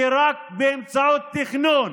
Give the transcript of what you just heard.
כי רק באמצעות תכנון